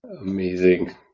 Amazing